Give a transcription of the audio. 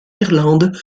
irlande